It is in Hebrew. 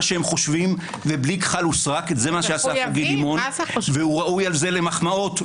שהם חושבים בלי כחל וסרק והוא ראוי על זה למחמאות,